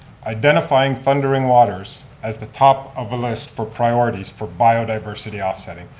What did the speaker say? identifying thundering waters as the top of a list for priorities for biodiversity offsetting,